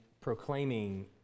proclaiming